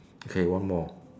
okay one more